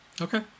Okay